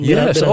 Yes